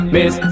Miss